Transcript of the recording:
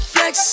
Flex